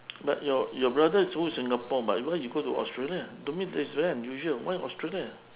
but your your brother is go singapore but why you go to australia to me that's very unusual why australia